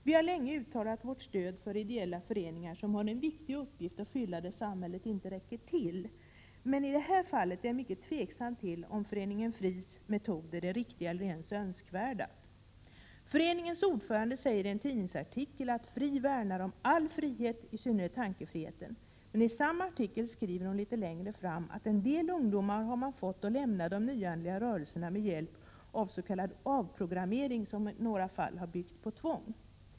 Vi har länge uttalat vårt stöd för ideella föreningar som har en viktig uppgift att fylla där samhället inte räcker till, men i det här fallet är jag mycket tveksam till om föreningen FRI:s metoder är riktiga eller ens önskvärda. Föreningens ordförande säger i en tidningsartikel att FRI värnar om all frihet, i synnerhet tankefriheten. I samma artikel skrivs litet längre fram att föreningen har fått en del ungdomar att lämna de nyandliga rörelserna med hjälp av s.k. avprogrammering som i några fall har byggt på tvång.